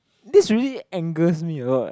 this really angers me a lot